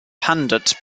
pandit